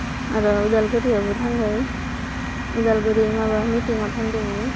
आरो अदालगुरियावबो थांबाय अदालगुरि माबा मिटिङाव थांदोमोन